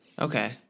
Okay